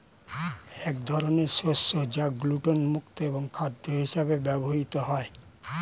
এক ধরনের শস্য যা গ্লুটেন মুক্ত এবং খাদ্য হিসেবে ব্যবহৃত হয়